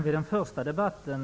Herr talman!